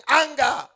anger